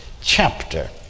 chapter